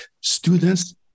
students